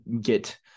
get